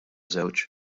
żewġ